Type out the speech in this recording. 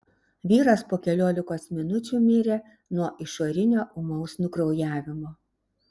vyras po keliolikos minučių mirė nuo išorinio ūmaus nukraujavimo